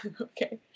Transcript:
okay